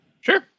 Sure